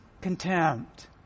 contempt